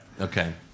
okay